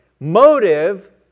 Motive